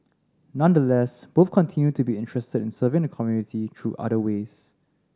nonetheless both continue to be interested in serving the community through other ways